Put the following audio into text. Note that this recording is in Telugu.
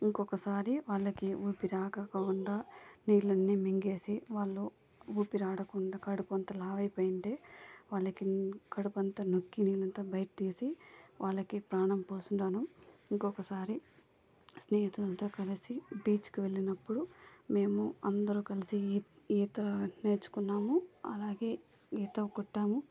ఇంకొకసారి వాళ్ళకి ఊపిరాగకుండా నీళ్ళ అన్నీ మింగేసి వాళ్ళు ఊపిరి ఆడకుండా కడుపు అంత లావు అయిపోయింది వాళ్ళకి కడుపు అంతా నొక్కి నీళ్ళు అంతా బయట తీసి వాళ్ళకి ప్రాణం పోస్తున్నాను ఇంకొకసారి స్నేహితులతో కలిసి బీచ్కి వెళ్ళినప్పుడు మేము అందరు కలిసి ఈ ఈత నేర్చుకున్నాము అలాగే ఈత కొట్టాము